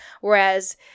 Whereas